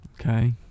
okay